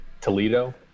Toledo